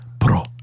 Pro